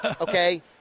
Okay